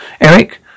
Eric